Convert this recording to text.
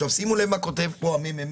עכשיו שימו לב מה כותב פה הממ"מ: